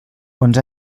quants